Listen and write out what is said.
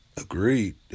Agreed